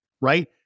right